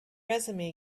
resume